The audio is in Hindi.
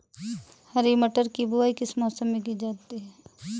हरी मटर की बुवाई किस मौसम में की जाती है?